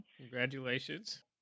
Congratulations